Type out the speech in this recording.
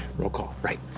roll call, right.